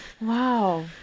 wow